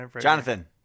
Jonathan